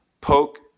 poke